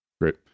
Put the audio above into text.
Great